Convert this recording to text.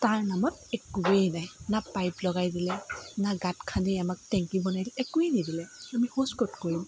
তাৰ নামত একোৱেই নাই না পাইপ লগাই দিলে না গাঁত খান্দি আমাক টেংকী বনাই দিলে একোৱেই নিদিলে আমি শৌচ ক'ত কৰিম